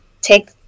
take